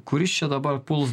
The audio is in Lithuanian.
kuris čia dabar pul